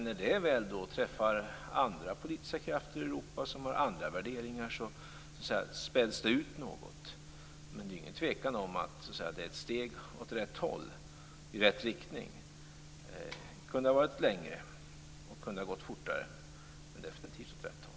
När det väl träffar andra politiska krafter i Europa, som har andra värderingar, späds det ut något. Men det råder inget tvivel om att det är ett steg i rätt riktning. Det kunde har varit längre. Det kunde ha gått fortare. Men det är definitivt åt rätt håll.